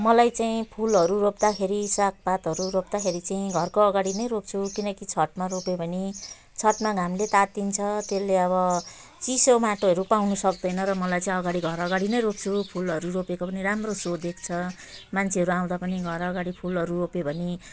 मलाई चाहिँ फुलहरू रोप्दाखेरि सागपातहरू रोप्दाखेरि चाहिँ घरको अगाडि नै रोप्छु किनकि छतमा रोप्यो भने छतमा घामले तात्तिन्छ त्यसले अब चिसो माटोहरू पाउनु सक्दैन र मलाई चाहिँ घरअगाडि नै रोप्छु फुलहरू रोपेको पनि राम्रो सो देख्छ मान्छेहरू आउँदा पनि घरअगाडि फुलहरू रोप्यो भने